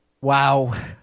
Wow